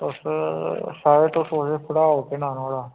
तुस शायद तुस ओह्दे भ्राऽ ओ केह् नांऽ नोहाड़ा